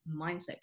mindset